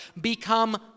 become